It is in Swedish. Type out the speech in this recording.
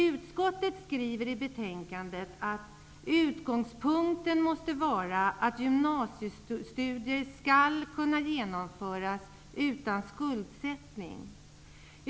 Utskottet skriver i betänkandet att utgångspunkten måste vara att gymnasiestudier skall kunna genomföras utan skuldsättning.